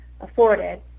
afforded